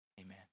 amen